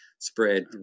Spread